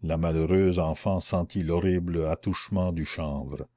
la malheureuse enfant sentit l'horrible attouchement du chanvre